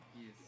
Yes